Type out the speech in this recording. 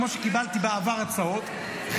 כמו שקיבלתי בעבר הצעות,